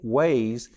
ways